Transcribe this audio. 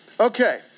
Okay